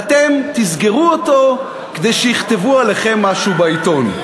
ואתם תסגרו אותו כדי שיכתבו עליכם משהו בעיתון.